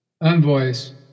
envoys